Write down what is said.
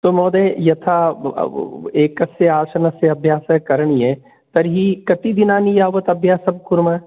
अस्तु महोदय यथा एकस्य आसनस्य अभ्यासः करणीये तर्हि कति दिनानि यावत् अभ्यासः कुर्मः